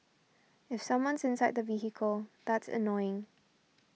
if someone's inside the vehicle that's annoying